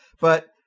But-